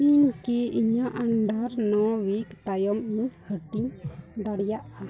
ᱤᱧ ᱠᱤ ᱤᱧᱟᱹᱜ ᱟᱱᱰᱟᱨ ᱱᱚ ᱩᱭᱤᱠ ᱛᱟᱭᱚᱢ ᱤᱧ ᱦᱟᱹᱴᱤᱧ ᱫᱟᱲᱮᱭᱟᱜᱼᱟ